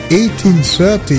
1830